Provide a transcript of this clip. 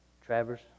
Travers